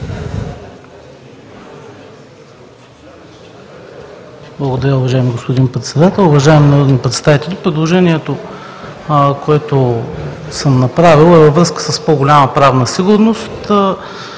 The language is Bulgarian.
Благодаря, уважаеми господин Председател. Уважаеми народни представители! Предложението, което съм направил, е във връзка с по-голяма правна сигурност.